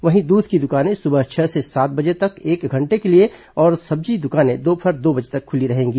वहीं दूध की दुकानें सुबह छह से सात बजे तक एक घंटे के लिए और सब्जी दुकानें दोपहर दो बजे तक खुली रहेंगी